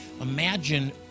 Imagine